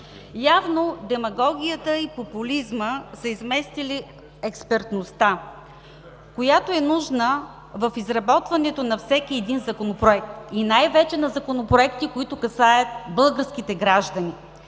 Явно демагогията и популизмът са изместили експертността, която е нужна в изработването на всеки законопроект и най-вече законопроектите, които касаят българските граждани.